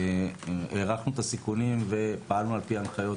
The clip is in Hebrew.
הערכנו את הסיכונים ופעלנו על פי הנחיות